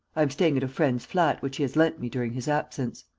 i am staying at a friend's flat, which he has lent me during his absence.